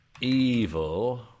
evil